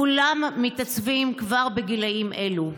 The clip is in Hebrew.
כולם מתעצבים כבר בגילים אלו.